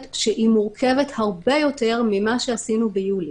שהיא מורכבת הרבה יותר ממה שעשינו ביולי.